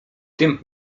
tym